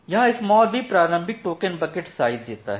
यहां b प्रारंभिक token bucket size देता है